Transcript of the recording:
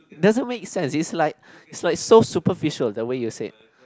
doesn't make sense it's like it's like so superficial the way you said